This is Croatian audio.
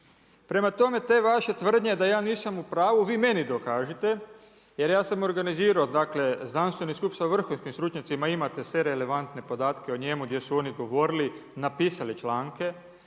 Prema tome, te vaše tvrdnje da ja nisam u pravu, vi meni dokažite jer ja sam organizirao dakle znanstveni skup sa vrhunskim stručnjacima, imate sve relevantne podatke o njemu gdje su oni govorili, napisali članke.